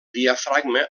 diafragma